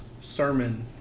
sermon